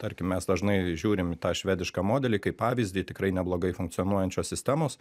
tarkim mes dažnai žiūrim į tą švedišką modelį kaip pavyzdį tikrai neblogai funkcionuojančios sistemos